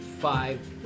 five